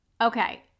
Okay